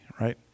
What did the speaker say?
right